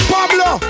Pablo